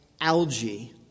algae